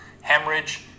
hemorrhage